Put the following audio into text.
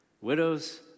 Widows